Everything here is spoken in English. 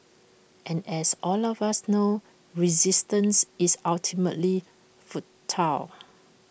and as all of us know resistance is ultimately futile